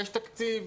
יש תקציב,